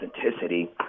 authenticity